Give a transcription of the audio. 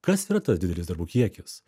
kas yra tas didelis darbo kiekis